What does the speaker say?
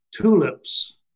Tulips